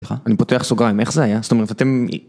אני פותח סוגריים איך זה היה? זת'אומרת אתם.